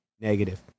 negative